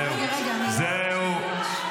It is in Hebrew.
זהו, זהו.